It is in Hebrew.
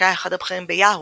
שהיה אחד הבכירים ביאהו,